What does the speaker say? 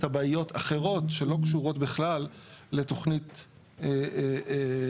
תב"ע אחרות שלא קשורות בכלל בתוכנית שהיא